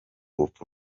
rupfu